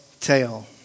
tale